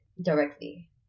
directly